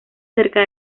cerca